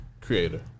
creator